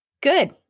good